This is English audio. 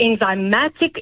enzymatic